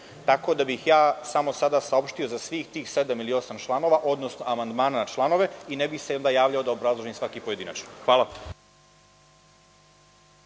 Tako da, samo bih sada to saopštio za svih tih sedam ili osam članova, odnosno amandmana na članove i ne bih se javljao da obrazložim svaki pojedinačno. Hvala.